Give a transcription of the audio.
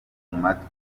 matwi